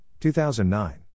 2009